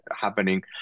happening